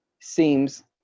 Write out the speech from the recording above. seems